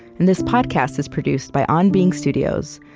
and this podcast is produced by on being studios,